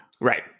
Right